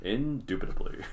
Indubitably